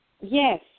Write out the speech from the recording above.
yes